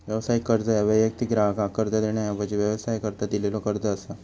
व्यावसायिक कर्ज ह्या वैयक्तिक ग्राहकाक कर्ज देण्याऐवजी व्यवसायाकरता दिलेलो कर्ज असा